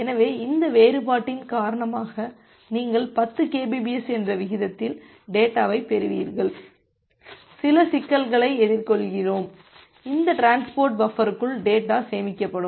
எனவே இந்த வேறுபாட்டின் காரணமாக நீங்கள் 10 kbps என்ற விகிதத்தில் டேட்டாவைப் பெறுவீர்கள் சில சிக்கல்களை எதிர்கொள்கிறோம் இந்த டிரான்ஸ்போர்ட் பஃபருக்குள் டேட்டா சேமிக்கப்படும்